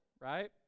right